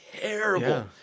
terrible